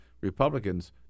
Republicans